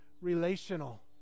relational